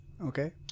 okay